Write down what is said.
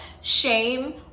shame